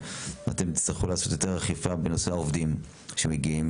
תצטרכו לעשות יותר אכיפה בקרב העובדים שמגיעים,